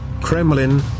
Kremlin